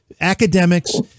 academics